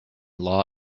law